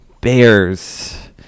Bears